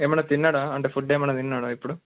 ఏమన్న తిన్నాడా అంటే ఫుడ్ ఏమన్న తిన్నాడా ఇప్పుడు